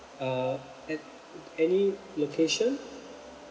uh at any location